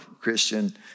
Christian